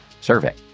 survey